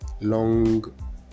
long